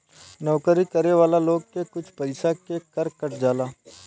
नौकरी करे वाला लोग के कुछ पइसा के कर कट जाला